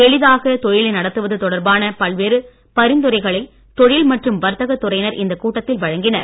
எளிதாக தொழிலை நடத்துவது தொடர்பான பல்வேறு பரிந்துரைகளை தொழில் மற்றும் வர்த்தக துறையினர் இந்தக் கூட்டத்தில் வழங்கினர்